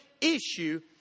issue